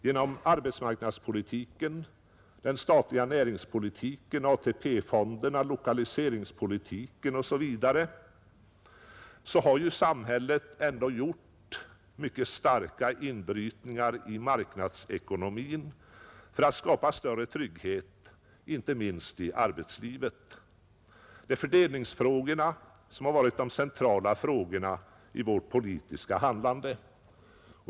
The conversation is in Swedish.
Genom arbetsmarknadspolitiken, den statliga näringspolitiken, ATP-fonderna, lokaliseringspolitiken osv. har samhället gjort mycket starka inbrytningar i marknadsekonomin för att skapa större trygghet, inte minst i arbetslivet. Fördelningsfrågorna har varit de centrala frågorna i vårt politiska handlande.